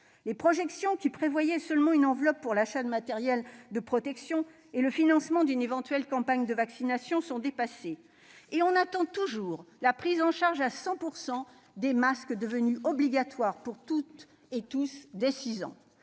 Les projections ayant conduit seulement à une enveloppe pour l'achat de matériel de protection et au financement d'une éventuelle campagne de vaccination sont dépassées, et l'on attend toujours la prise en charge à 100 % des masques devenus obligatoires pour tous dès l'âge de 6 ans.